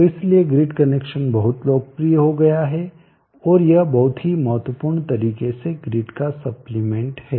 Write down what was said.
तो इसलिए grid connection बहुत लोकप्रिय हो गया है और यह बहुत ही महत्वपूर्ण तरीके से ग्रिड का सप्लीमेंट है